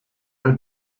her